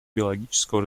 биологического